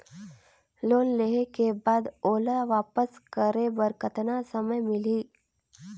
Loan लेहे के बाद ओला वापस करे बर कतना समय मिलही?